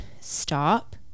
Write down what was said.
stop